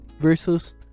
versus